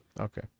okay